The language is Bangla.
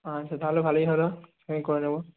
আচ্ছা তাহলে ভালোই হয় রিং করে দেবো